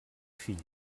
fill